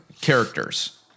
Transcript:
characters